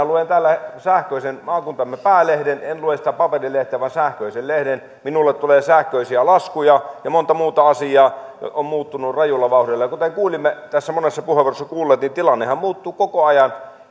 luen täällä sähköisen maakuntamme päälehden en lue sitä paperilehteä vaan sähköisen lehden minulle tulee sähköisiä laskuja ja monta muuta asiaa on muuttunut rajulla vauhdilla kuten kuulimme tässä monessa puheenvuorossa niin tilannehan muuttuu koko ajan